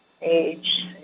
age